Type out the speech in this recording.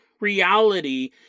reality